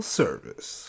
service